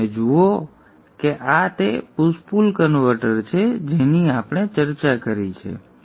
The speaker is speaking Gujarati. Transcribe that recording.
તો તમે જુઓ કે આ તે પુશ પુલ કન્વર્ટર છે જેની અમે ચર્ચા કરી છે